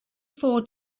four